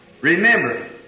remember